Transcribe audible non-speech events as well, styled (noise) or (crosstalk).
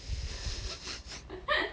(laughs)